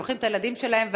שולחים את הילדים שלהם.